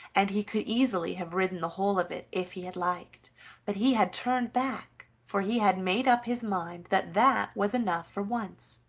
and he could easily have ridden the whole of it if he had liked but he had turned back, for he had made up his mind that that was enough for once.